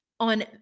on